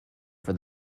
for